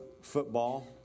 football